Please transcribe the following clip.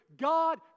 God